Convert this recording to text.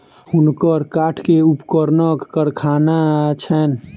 हुनकर काठ के उपकरणक कारखाना छैन